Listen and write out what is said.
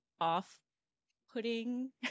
off-putting